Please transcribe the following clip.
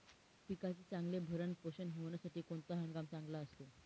पिकाचे चांगले भरण पोषण होण्यासाठी कोणता हंगाम चांगला असतो?